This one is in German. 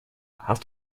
hast